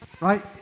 right